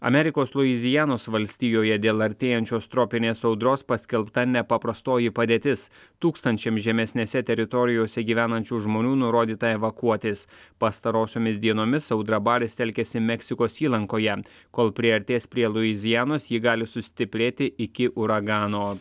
amerikos luizianos valstijoje dėl artėjančios tropinės audros paskelbta nepaprastoji padėtis tūkstančiam žemesnėse teritorijose gyvenančių žmonių nurodyta evakuotis pastarosiomis dienomis audra baris telkiasi meksikos įlankoje kol priartės prie luizianos ji gali sustiprėti iki uragano